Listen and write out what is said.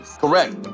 Correct